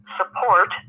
support